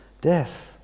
death